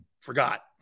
Forgot